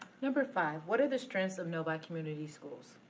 number five. what are the strengths of novi community schools?